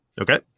Okay